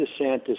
DeSantis